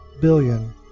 billion